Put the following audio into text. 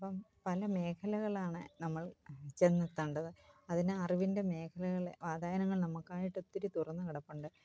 അപ്പം പല മേഖലകളിലാണ് നമ്മൾ ചെന്നെത്തേണ്ടത് അതിന് അറിവിൻ്റെ മേഖലകളിലെ വാതായനങ്ങൾ നമ്മൾക്കായിട്ട് ഒത്തിരി തുറന്ന് കിടപ്പുണ്ട്